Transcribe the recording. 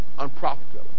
Unprofitable